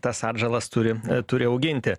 tas atžalas turi turi auginti